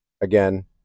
again